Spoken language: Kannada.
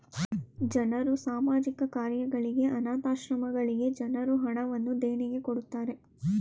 ಜನರು ಸಾಮಾಜಿಕ ಕಾರ್ಯಗಳಿಗೆ, ಅನಾಥ ಆಶ್ರಮಗಳಿಗೆ ಜನರು ಹಣವನ್ನು ದೇಣಿಗೆ ಕೊಡುತ್ತಾರೆ